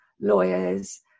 lawyers